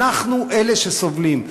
אנחנו אלה שסובלים,